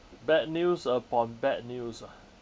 bad news upon bad news ah